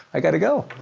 i gotta go.